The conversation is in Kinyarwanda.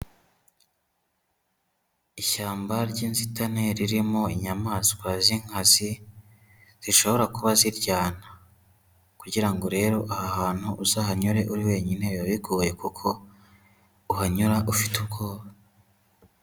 Ishyamba ry'inzitane ririmo inyamaswa z'inkazi, zishobora kuba ziryana. Kugira ngo rero aha hantu uzahanyure uri wenyine biba bigoye kuko uhanyura ufite ubwoba.